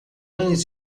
antes